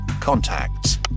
contacts